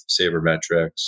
Sabermetrics